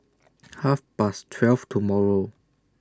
Half Past twelve tomorrow